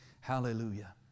Hallelujah